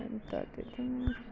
अन्त त्यत्ति नै